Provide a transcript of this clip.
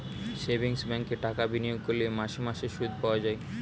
savings ব্যাঙ্কে টাকা বিনিয়োগ করলে মাসে মাসে সুদ পাওয়া যায়